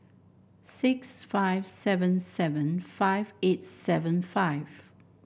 six five seven seven five eight seven five